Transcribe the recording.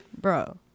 Bro